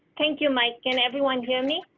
thank you, mike, can everyone hear me.